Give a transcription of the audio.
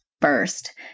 first